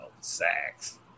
sacks